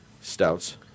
Stouts